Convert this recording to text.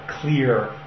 clear